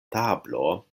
tablo